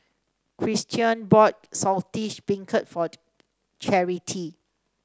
Christion bought Saltish Beancurd for Charity